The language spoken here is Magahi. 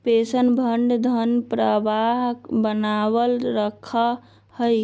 पेंशन फंड धन प्रवाह बनावल रखा हई